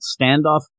Standoff